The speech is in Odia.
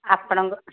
ଆପଣଙ୍କ